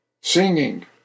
singing